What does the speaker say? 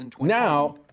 Now